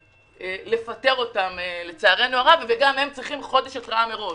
נאלץ לפטר בצער רב והם יצטרכו חודש התרעה מראש.